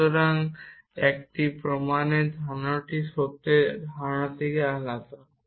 সুতরাং একটি প্রমাণের ধারণাটি সত্যের ধারণা থেকে আলাদা